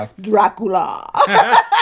Dracula